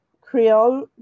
creole